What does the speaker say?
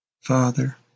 Father